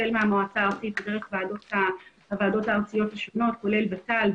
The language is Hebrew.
החל מהמועצה הארצית ודרך הוועדות הארציות השונות כולל ות"ל,